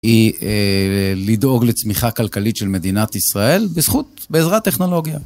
היא לדאוג לצמיחה כלכלית של מדינת ישראל בזכות, בעזרת טכנולוגיה.